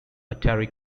atari